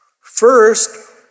First